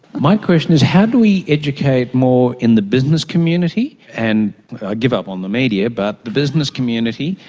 my question is how do we educate more in the business community, and i give up on the media, but the business community.